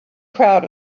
proud